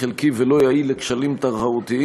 חלקי ולא יעיל לכשלים תחרותיים,